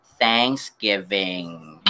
Thanksgiving